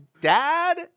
dad